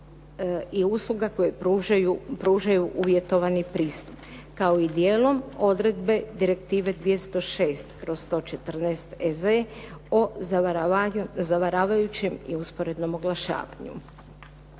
i usluga koje pružaju uvjetovani pristup kao i dijelom odredbe Direktive 206/114 EZ o zavaravajućem i usporednom oglašavanju.